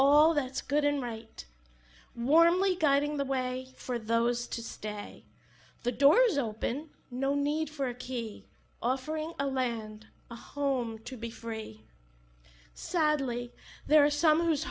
all that's good and right warmly guiding the way for those to stay the doors open no need for a key offering a lie and a home to be free sadly there are some